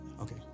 Okay